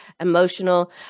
emotional